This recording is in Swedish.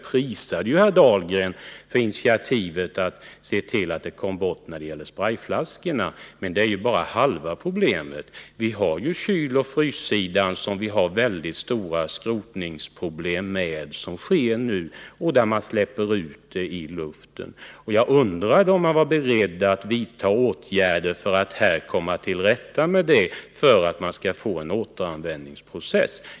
prisat herr Dahlgren för hans initiativ att se till att användningen av freongas kom bort i fråga om sprejflaskorna. Men detta är bara halva problemet; vi har ju på kyloch fryssidan väldigt stora skrotningsproblem, när freon släpps ut i luften. Jag har undrat om man är beredd att vidta åtgärder för att komma till rätta med det problemet genom en återanvändningsprocess.